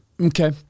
Okay